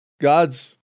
God's